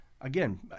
again